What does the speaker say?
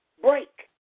Break